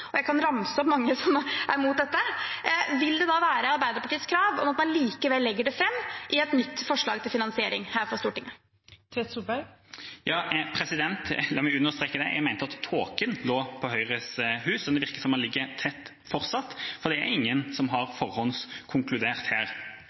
og jeg kan ramse opp mange som er imot dette – vil det da likevel være Arbeiderpartiets krav at man legger det fram i et nytt forslag til finansiering her fra Stortinget? La meg understreke det: Jeg mente at tåken lå på Høyres Hus, og det virker som den ligger tett fortsatt, for det er ingen som har